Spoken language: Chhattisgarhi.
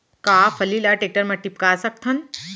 का फल्ली ल टेकटर म टिपका सकथन?